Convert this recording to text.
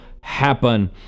happen